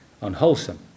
unwholesome